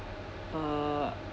uh